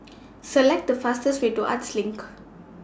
Select The fastest Way to Arts LINK